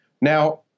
Now